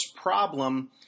problem